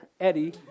Eddie